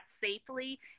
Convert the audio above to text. safely